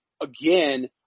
again